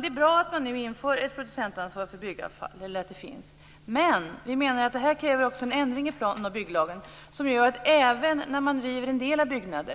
Det är bra att det finns ett producentansvar för byggavfall. Men vi menar att detta kräver en ändring i plan och bygglagen som gör att även när man t.ex. river en del av en byggnad